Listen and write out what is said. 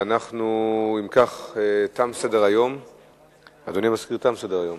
ה' בשבט התש"ע (20 בינואר 2010):